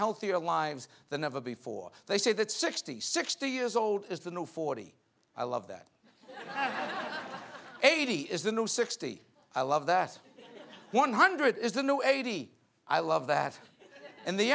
healthier lives than ever before they say that sixty sixty years old is the new forty i love that eighty is the new sixty i love that one hundred is the new eighty i love that and the